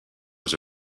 was